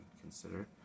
consider